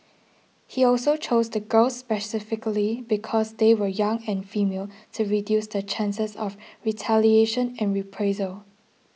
he also chose the girls specifically because they were young and female to reduce the chances of retaliation and reprisal